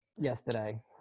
yesterday